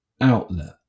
outlet